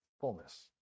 Fullness